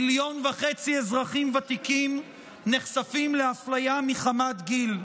מיליון וחצי אזרחים ותיקים נחשפים לאפליה מחמת גיל,